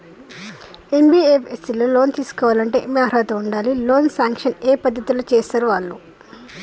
NBFS లో loan తీస్కోవాలంటే ఏం అర్హత ఉండాలి? లోన్ సాంక్షన్ ఏ పద్ధతి లో చేస్తరు వాళ్లు?